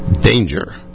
Danger